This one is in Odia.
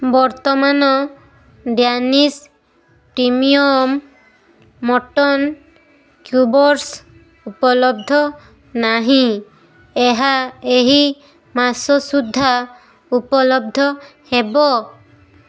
ବର୍ତ୍ତମାନ ଡାନିଶ ପ୍ରିମିୟମ୍ ମଟନ୍ କ୍ୟୁବ୍ସ୍ ଉପଲବ୍ଧ ନାହିଁ ଏହା ଏହି ମାସ ସୁଦ୍ଧା ଉପଲବ୍ଧ ହେବ